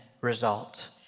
result